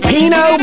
Pino